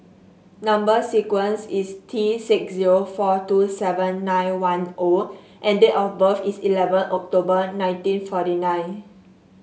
number sequence is T six zero four two seven nine one O and date of birth is eleven October nineteen forty nine